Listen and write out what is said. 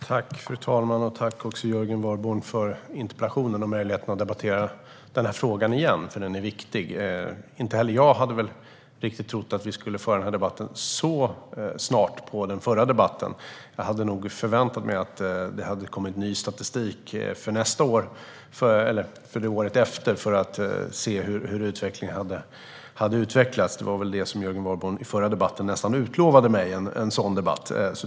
Fru talman! Tack, Jörgen Warborn, för interpellationen och möjligheten att debattera denna viktiga fråga igen! Inte heller jag trodde väl att vi så snart efter den förra debatten skulle debattera detta igen. Jag förväntade mig nog att det skulle ha kommit ny statistik för året därpå för att se hur utvecklingen hade blivit. Det utlovade ju Jörgen Warborn i den förra debatten.